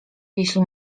jeśli